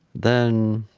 then